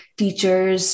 teachers